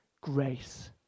grace